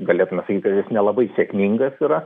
galėtume sakyti kas jis nelabai sėkmingas yra